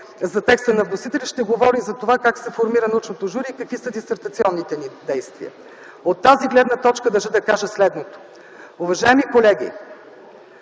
за текста на вносителя, ще говори за това как се формира научното жури и какви са дисертационните ни действия. От тази гледна точка държа да кажа следното – уважаеми колеги,